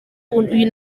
uyu